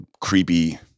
creepy